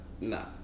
no